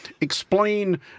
explain